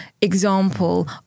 example